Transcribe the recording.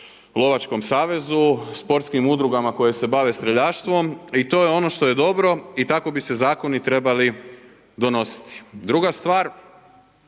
Lovačkom savezu, sportskim udrugama koje se bave streljaštvom i to je ono što je dobro i tako bi se zakoni trebali donositi. Druga stvar